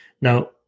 Now